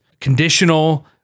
conditional